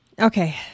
Okay